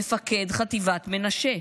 מפקד חטיבת מנשה,